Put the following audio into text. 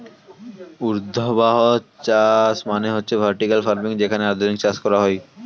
ঊর্ধ্বাধ চাষ মানে হচ্ছে ভার্টিকাল ফার্মিং যেখানে আধুনিক চাষ করা হয়